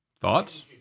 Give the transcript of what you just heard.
Thoughts